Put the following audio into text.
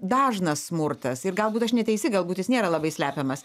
dažnas smurtas ir galbūt aš neteisi galbūt jis nėra labai slepiamas